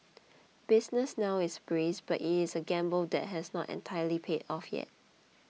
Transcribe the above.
business now is brisk but it is a gamble that has not entirely paid off yet